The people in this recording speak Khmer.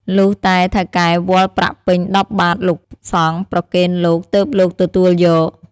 លុះតែថៅកែវាល់ប្រាក់ពេញ ១០ បាត្រលោកសង្ឃ ប្រគេនលោក ទើបលោកទទួលយក"។